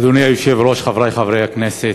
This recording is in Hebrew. אדוני היושב-ראש, חברי חברי הכנסת,